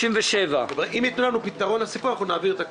אם יתנו לנו פתרון לחינוך המיוחד אנחנו נעביר את הכול.